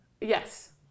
Yes